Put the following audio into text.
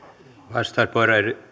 arvoisa puhemies